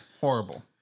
Horrible